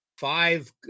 five